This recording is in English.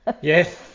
Yes